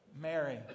Mary